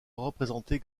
représenté